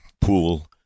pool –